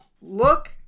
look